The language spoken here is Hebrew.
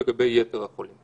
להגדרות פרטי בקשה לקבלת סיוע".